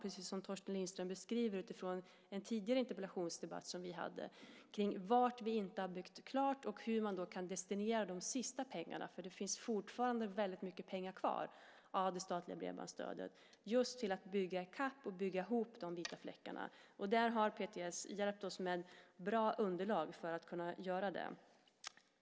Detta beskriver Torsten Lindström utifrån en tidigare interpellationsdebatt som vi har fört om var vi inte har byggt klart och hur man kan destinera de sista pengarna. Det finns fortfarande mycket pengar kvar av det statliga bredbandsstödet. Dem kan man använda till att bygga i kapp och bygga ihop de vita fläckarna. Där har PTS hjälpt oss med bra underlag för att kunna göra det.